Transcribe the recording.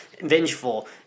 vengeful